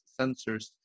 sensors